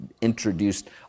introduced